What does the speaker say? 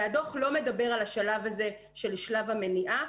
הדוח לא מדבר על שלב המניעה.